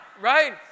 right